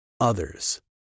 others